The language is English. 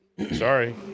Sorry